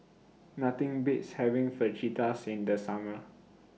Nothing Beats having Fajitas in The Summer